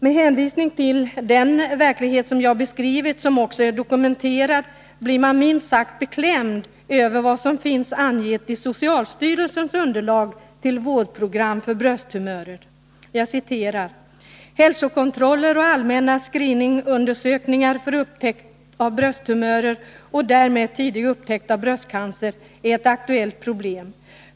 Mot bakgrund av den verklighet jag beskrivit och som också är dokumenterad blir man minst sagt beklämd över vad som finns angett i socialstyrelsens underlag till vårdprogram för brösttumörer: ”Hälsokontroller och allmänna screening-undersökningar för upptäckt av brösttumörer och därmed tidig upptäckt av bröstcancer är ett aktuellt problem.